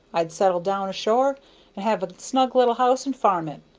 i'd settle down ashore and have a snug little house and farm it.